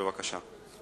בבקשה.